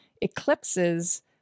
eclipses